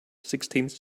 sixteenth